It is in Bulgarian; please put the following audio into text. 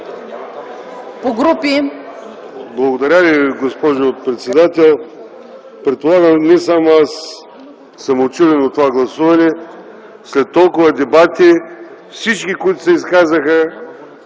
(КБ): Благодаря Ви, госпожо председател. Предполагам, че не само аз съм учуден от това гласуване. След толкова дебати и всички, които се изказаха